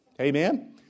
Amen